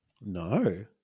No